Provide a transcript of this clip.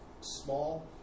small